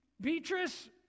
Beatrice